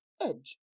edge